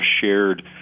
shared